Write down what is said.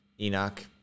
Enoch